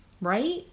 Right